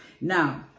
Now